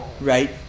right